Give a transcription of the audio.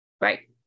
right